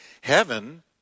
Heaven